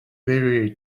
bury